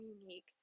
unique